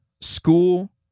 school